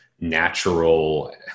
natural